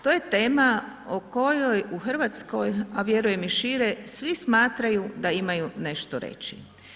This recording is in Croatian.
To je tema o kojoj u Hrvatskoj a vjerujem i šire, svi smatraju da imaju nešto reći.